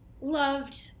loved